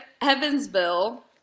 Evansville